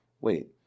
wait